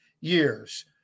years